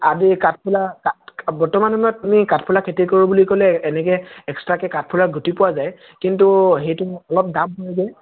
আদি কাঠফুলা কাঠ্ বৰ্তমান সময়ত আমি কাঠফুলা খেতি কৰোঁ বুলি ক'লে এনেকৈ এক্সট্ৰাকৈ কাঠফুলা গুটি পোৱা যায় কিন্তু সেইটো অলপ দাম পৰেগৈ